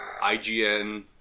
IGN